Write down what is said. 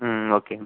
ம் ம் ஓகே